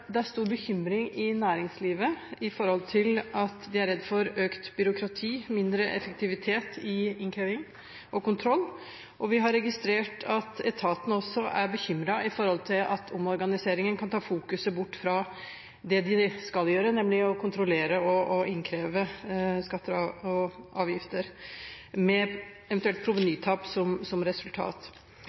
det er stor bekymring i næringslivet med tanke på at de er redd for økt byråkrati og mindre effektivitet med innkreving og kontroll. Vi har også registrert at etaten er bekymret for at omorganiseringen kan ta fokuset bort fra det de skal gjøre, nemlig å kontrollere og innkreve skatter og avgifter, med eventuelt provenytap som resultat.